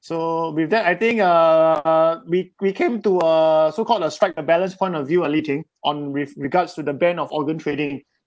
so with that I think uh we we came to a so called a strike a balance point of view ah li ting on with regards to the ban of organ trading